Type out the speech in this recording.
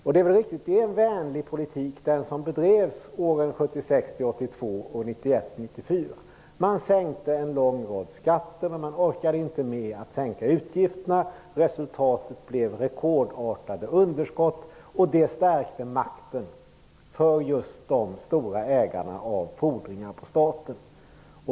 Det är riktigt att det var en vänlig politik som bedrevs åren 1976-1982 och 1991-1994. Man sänkte en lång rad skatter, men man orkade inte med att sänka utgifterna. Resultatet blev rekordartade underskott, och det stärkte makten för just de stora ägarna av fordringar på staten.